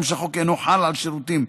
הגם שהחוק אינו חל על שירותים